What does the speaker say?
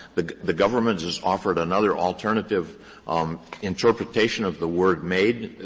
the the government has offered another alternative interpretation of the word made,